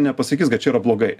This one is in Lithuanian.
nepasakys kad čia yra blogai